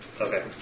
Okay